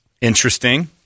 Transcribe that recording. Interesting